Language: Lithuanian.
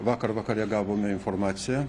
vakar vakare gavome informaciją